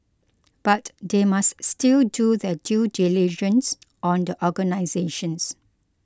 but they must still do their due diligence on the organisations